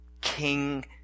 King